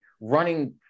running